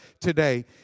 today